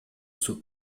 суу